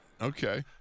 Okay